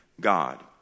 God